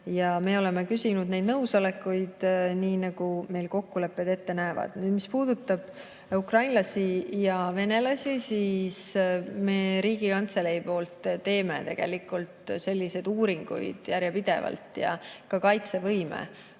ja me oleme küsinud neid nõusolekuid, nii nagu kokkulepped ette näevad. Mis puudutab ukrainlasi ja venelasi, siis Riigikantselei teeb tegelikult selliseid uuringuid järjepidevalt, ka kaitsevõime